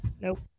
Nope